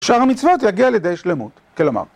שאר המצוות יגיע לידי שלמות, כלמר.